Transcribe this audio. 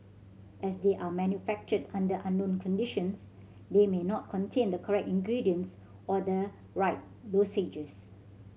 as they are manufactured under unknown conditions they may not contain the correct ingredients or the right dosages